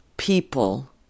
people